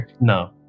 no